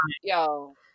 Yo